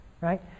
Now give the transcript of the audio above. Right